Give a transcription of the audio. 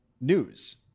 news